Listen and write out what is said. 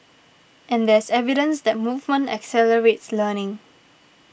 and there's evidence that movement accelerates learning